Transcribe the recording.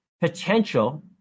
potential